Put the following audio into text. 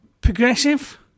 progressive